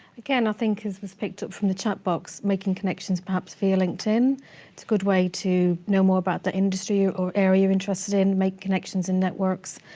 again, i think, as was picked up from the chat box, making connections, perhaps, for your linkedin. it's a good way to know more about the industry or or area you're interested in, make connections and networks,